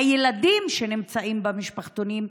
בעיקר הילדים שנמצאים במשפחתונים,